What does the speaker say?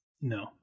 No